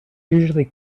usually